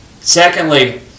Secondly